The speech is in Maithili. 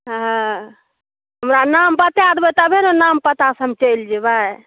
हँ हमरा नाम बताए देबै तबे ने नाम पतासँ हम चलि जेबै